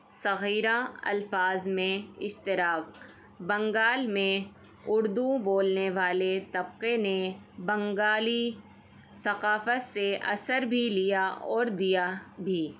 صغیرہ الفاظ میں اشتراک بنگال میں اردو بولنے والے طبقے نے بنگالی ثقافت سے اثر بھی لیا اور دیا بھی